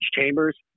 Chambers